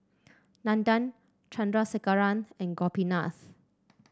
Nandan Chandrasekaran and Gopinath